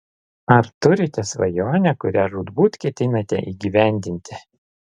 ar turite svajonę kurią žūtbūt ketinate įgyvendinti